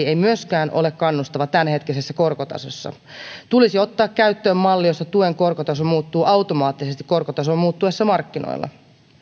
ei myöskään ole kannustava tämänhetkisessä korkotasossa tulisi ottaa käyttöön malli jossa tuen korkotaso muuttuu automaattisesti korkotason muuttuessa markkinoilla